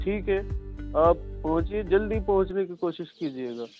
ٹھیک ہے آپ پہنچیے جلدی پہنچنے کی کوشش کیجیے گا